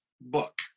book